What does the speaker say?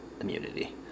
immunity